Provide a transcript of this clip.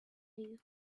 you